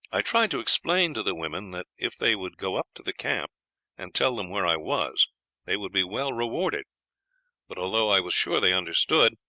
i tried to explain to the women that if they would go up to the camp and tell them where i was they would be well rewarded but although i was sure they understood,